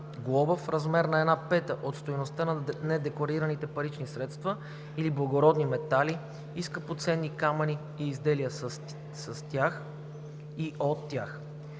глоба в размер на една пета от стойността на недекларираните парични средства или благородни метали и скъпоценни камъни и изделия със и от тях,